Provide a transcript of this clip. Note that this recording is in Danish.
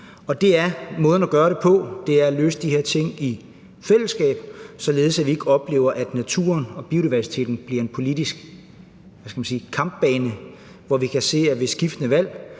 er måden at gøre det på. Det er at løse de her ting i fællesskab, således at vi ikke oplever, at naturen og biodiversiteten bliver en politisk kampbane, hvor vi kan se, at ved skiftende valg